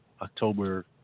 October